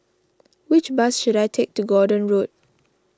which bus should I take to Gordon Road